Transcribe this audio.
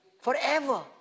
Forever